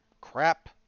crap